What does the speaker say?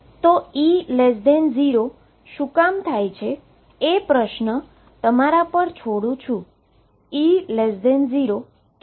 તો હવે હુ તે શા માટે E 0 ફરી તમારા માટે એક પ્રશ્ન છોડુ છુ કે E0 કેમ શક્ય નથી